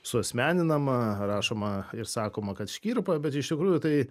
suasmeninama rašoma ir sakoma kad škirpa bet iš tikrųjų tai